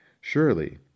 Surely